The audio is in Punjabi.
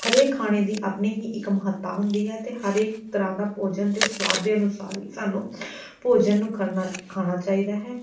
ਹਰੇਕ ਖਾਣੇ ਦੀ ਆਪਣੀ ਹੀ ਇੱਕ ਮਹੱਤਤਾ ਹੁੰਦੀ ਹੈ ਅਤੇ ਹਰ ਇੱਕ ਤਰ੍ਹਾਂ ਦਾ ਭੋਜਨ ਅਤੇ ਸਵਾਦ ਦੇ ਅਨੁਸਾਰ ਹੀ ਸਾਨੂੰ ਭੋਜਨ ਨੂੰ ਕਰਨਾ ਖਾਣਾ ਚਾਹੀਦਾ ਹੈ